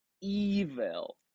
evil